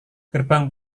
gerbang